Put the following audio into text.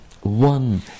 one